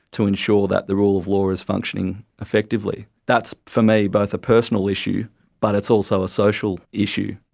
to ensure that the rule of law is functioning effectively. that's for me both a personal issue but it's also a social issue.